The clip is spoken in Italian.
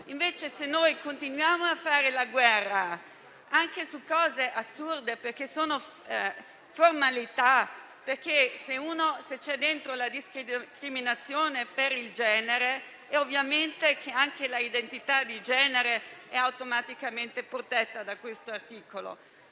Al contrario, continuiamo a fare la guerra su cose assurde perché sono formalità: se c'è dentro la discriminazione per il genere, ovviamente anche l'identità di genere è automaticamente protetta da questo articolo.